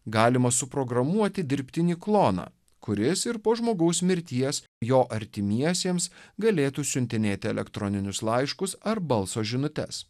galima suprogramuoti dirbtinį kloną kuris ir po žmogaus mirties jo artimiesiems galėtų siuntinėti elektroninius laiškus ar balso žinutes